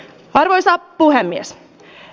arvoisa puhemies